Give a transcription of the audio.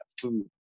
food